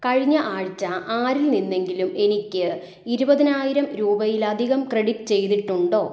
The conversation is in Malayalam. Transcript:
കഴിഞ്ഞ ആഴ്ച ആരിൽ നിന്നെങ്കിലും എനിക്ക് ഇരുപതിനായിരം രൂപയിലധികം ക്രെഡിറ്റ് ചെയ്തിട്ടുണ്ടോ